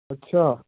ਅੱਛਾ